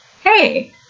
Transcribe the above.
Hey